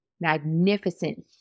magnificent